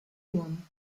one